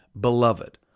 Beloved